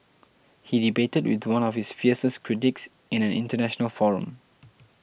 he debated with one of his fiercest critics in an international forum